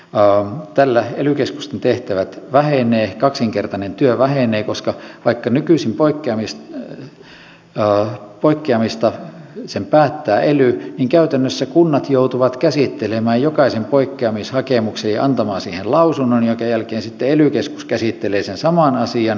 tällä ely keskusten tehtävät vähenevät kaksinkertainen työ vähenee koska vaikka nykyisin poikkeamista päättää ely niin käytännössä kunnat joutuvat käsittelemään jokaisen poikkeamishakemuksen ja antamaan siihen lausunnon minkä jälkeen ely sitten käsittelee sen saman asian